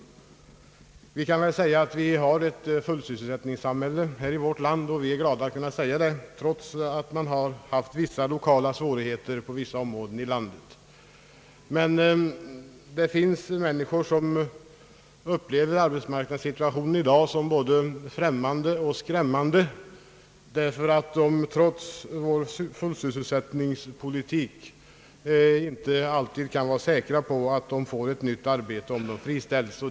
Vi har i detta land ett fullsysselsättningssamhälle — vilket vi är glada över — trots att det har rått lokala svårigheter på vissa områden. Det finns dock människor som upplever dagens arbetsmarknadssituation såsom både främmande och skrämmande, eftersom de trots vår fullsysselsättningspolitik inte alltid kan vara säkra på att få ett nytt arbete om de friställs.